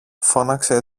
φώναξε